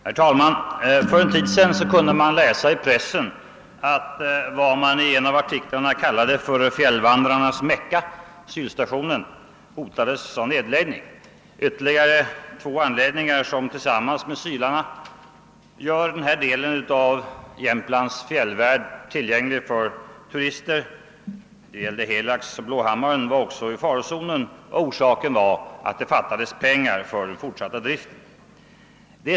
Herr talman! För en tid sedan kunde vi läsa i pressen att vad som i en av artiklarna kallades »fjällvandrarnas Mecka« — Sylstationen — hotades av nedläggning. Ytterligare två anläggningar, som tillsammans med Sylarna gör den här delen av Jämtlands fjällvärld tillgänglig för turister — Helags och Blåhammaren — var också i farozonen. Orsaken var att det fattades pengar för den fortsatta driften.